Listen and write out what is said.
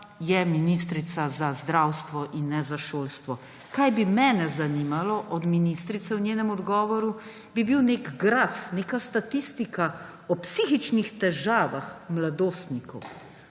ministrica za zdravstvo in ne za šolstvo. Kar bi mene zanimalo od ministrice v njenem odgovoru, bi bil nek graf, neka statistika o psihičnih težavah mladostnikov,